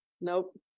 Nope